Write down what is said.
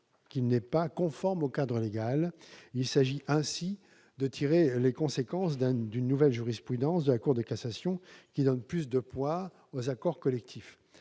qu'il n'est pas conforme au cadre légal. Il s'agit ainsi de tirer les conséquences d'une nouvelle jurisprudence de la Cour de la cassation, qui donne plus de poids aux accords collectifs.